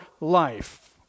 life